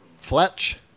Fletch